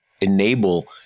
enable